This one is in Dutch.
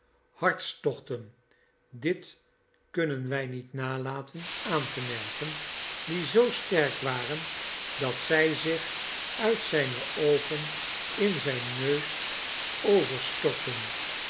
hartstochten dit kunnen wij niet nalaten aan te merken die zoo sterk waren dat zij zich uit zijne oogen in zijn neus